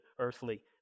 earthly